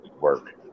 work